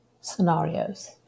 scenarios